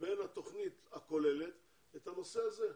בין התוכנית הכוללת את הנושא הזה.